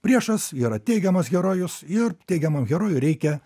priešas yra teigiamas herojus ir teigiamam herojui reikia